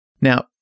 Now